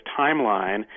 timeline